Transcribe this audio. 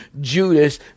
Judas